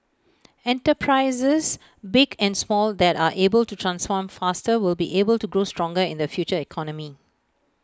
enterprises big and small that are able to transform faster will be able to grow stronger in the future economy